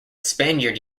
spaniard